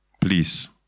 Please